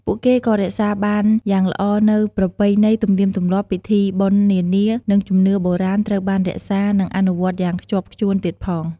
ពួកគេក៏រក្សាបានយ៉ាងល្អនូវ ប្រពៃណីទំនៀមទម្លាប់ ពិធីបុណ្យនានា និងជំនឿបុរាណត្រូវបានរក្សា និងអនុវត្តយ៉ាងខ្ជាប់ខ្ជួនទៀតផង។